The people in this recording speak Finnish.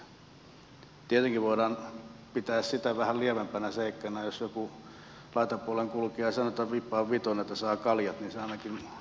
tietenkin voidaan pitää sitä vähän lievempänä seikkana jos joku laitapuolen kulkija sanoo että vippaa vitonen että saan kaljat